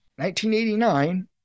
1989